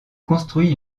construit